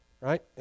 Right